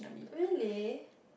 really